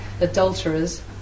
adulterers